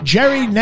Jerry